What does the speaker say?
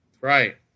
Right